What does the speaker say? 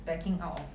backing out of